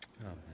Amen